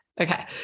okay